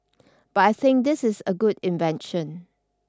but I think this is a good invention